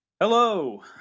Hello